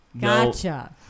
Gotcha